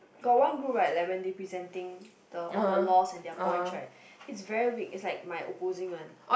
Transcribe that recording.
got one group right like when they presenting the all the laws and their points right it's very weak it's like my opposing one